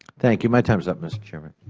thank you. my time is up, mr. chairman.